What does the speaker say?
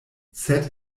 sed